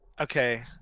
okay